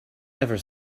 ever